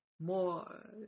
more